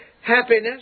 happiness